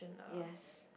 yes